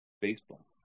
baseball